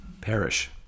perish